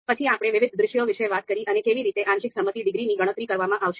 પછી આપણે વિવિધ દૃશ્યો વિશે વાત કરી અને કેવી રીતે આંશિક સંમતિ ડિગ્રીની ગણતરી કરવામાં આવશે